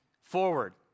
forward